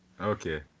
Okay